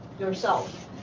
yourself.